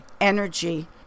energy